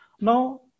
Now